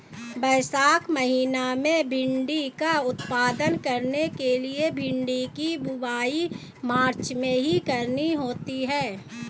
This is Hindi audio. वैशाख महीना में भिण्डी का उत्पादन करने के लिए भिंडी की बुवाई मार्च में करनी होती है